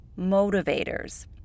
motivators